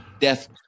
death